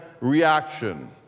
reaction